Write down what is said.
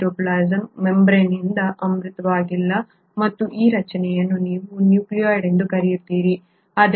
cytoplasm ಮೆಂಬ್ರೇನ್ನಿಂದ ಆವೃತವಾಗಿಲ್ಲ ಮತ್ತು ಈ ರಚನೆಯನ್ನು ನೀವು ನ್ಯೂಕ್ಲಿಯಾಯ್ಡ್ ಎಂದು ಕರೆಯುತ್ತೀರಿ